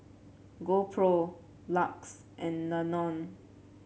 GoPro Lux and Danone